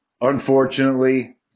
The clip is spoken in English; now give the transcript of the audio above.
Unfortunately